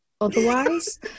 otherwise